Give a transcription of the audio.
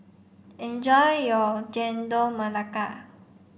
enjoy your Chendol Melaka